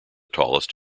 tallest